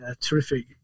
terrific